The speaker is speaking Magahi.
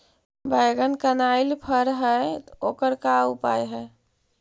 बैगन कनाइल फर है ओकर का उपाय है?